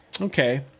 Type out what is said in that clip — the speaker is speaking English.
Okay